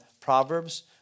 Proverbs